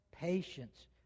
patience